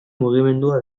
mugimendua